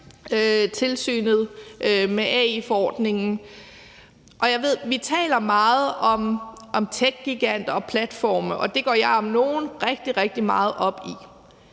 tilsynet med AI-forordningen. Vi taler meget om techgiganter og platforme, og det går jeg om nogen rigtig, rigtig meget op i.